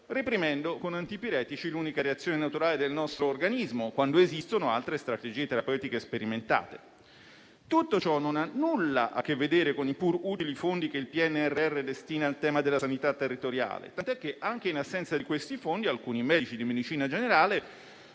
reprimendo con antipiretici l'unica reazione naturale del nostro organismo, quando esistono altre strategie terapeutiche sperimentate. Tutto ciò non ha nulla a che vedere con i pur utili fondi che il PNRR destina al tema della sanità territoriale, tant'è che, anche in assenza di questi fondi, alcuni medici di medicina generale